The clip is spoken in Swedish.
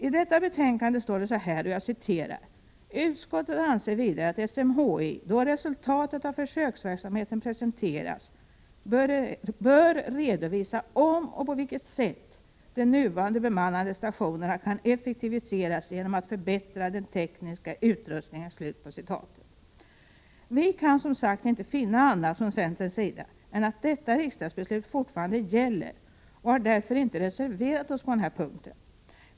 I detta betänkande står det så här: ”Utskottet anser vidare att SMHI då resultatet av försöksverksamheten presenteras bör redovisa om och på vilket sätt de nuvarande bemannade stationerna kan effektiviseras genom att förbättra den tekniska utrustningen.” Vi i centern kan inte finna annat än att detta riksdagsbeslut fortfarande gäller, och vi har därför inte reserverat oss på den punkten.